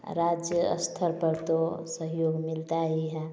राज्य स्तर पर तो सहयोग मिलता ही है